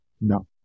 no